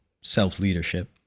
self-leadership